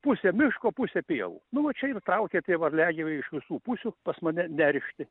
pusė miško pusė pievų nu va čia ir traukia tie varliagyviai iš visų pusių pas mane neršti